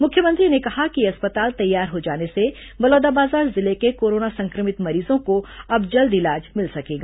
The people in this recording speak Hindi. मुख्यमंत्री ने कहा कि यह अस्पताल तैयार हो जाने से बलौदाबाजार जिले के कोरोना संक्रमित मरीजों को अब जल्द इलाज मिल सकेगा